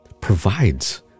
provides